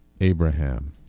Abraham